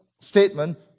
statement